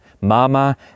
mama